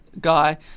guy